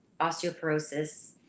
osteoporosis